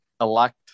elect